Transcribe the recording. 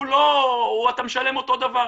אתה משלם אותו דבר.